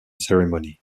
ceremony